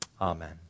amen